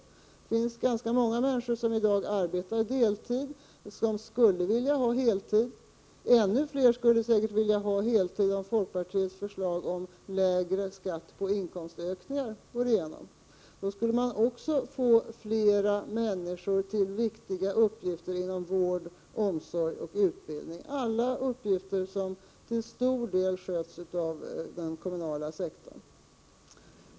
Det finns ganska många människor som i dag arbetar deltid men som skulle vilja ha heltidsanställning. Ännu fler skulle säkerligen vilja ha heltidsarbete om folkpartiets förslag om lägre skatt på inkomstökningar går igenom. Då skulle man också få flera människor till viktiga uppgifter inom vård, omsorg och utbildning — alla uppgifter som till stor del sköts av den kommunala sektorn.